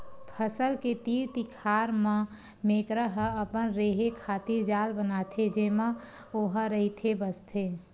फसल के तीर तिखार म मेकरा ह अपन रेहे खातिर जाल बनाथे जेमा ओहा रहिथे बसथे